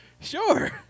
sure